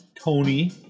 Tony